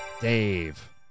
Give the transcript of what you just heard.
Dave